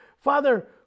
Father